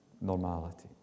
normality